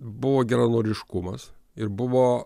buvo geranoriškumas ir buvo